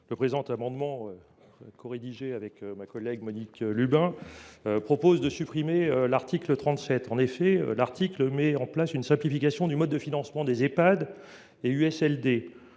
Cet amendement, rédigé avec ma collègue Monique Lubin, vise à supprimer l’article 37. En effet, cet article met en place une simplification du mode de financement des Ehpad et des